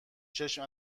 چشم